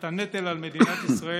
אתה נטל על מדינת ישראל.